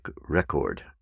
record